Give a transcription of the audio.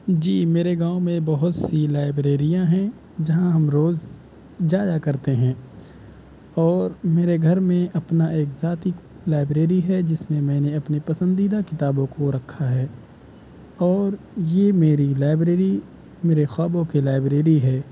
جی میرے گاؤں میں بہت سی لائبریریاں ہیں جہاں ہم روز جایا کرتے ہیں اور میرے گھر میں اپنا ایک ذاتی لائبریری ہے جس میں میں نے اپنی پسندیدہ کتابوں کو رکھا ہے اور یہ میری لائبریری میرے خوابوں کی لائبریری ہے